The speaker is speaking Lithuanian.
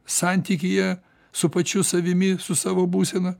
santykyje su pačiu savimi su savo būsena